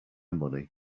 money